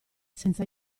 senza